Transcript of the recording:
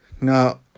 Now